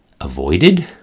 avoided